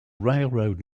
railroad